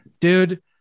Dude